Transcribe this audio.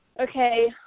Okay